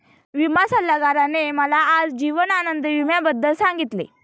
विमा सल्लागाराने मला आज जीवन आनंद विम्याबद्दल सांगितले